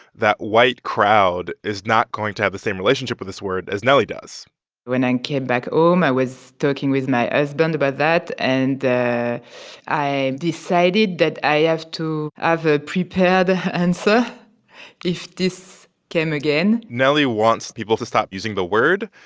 that white crowd is not going to have the same relationship with this word as nelly does when i came back home, i was talking with my husband about that. and i decided that i have to ah have a prepared answer if this came again nelly wants people to stop using the word,